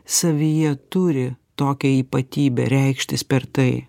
savyje turi tokią ypatybę reikštis per tai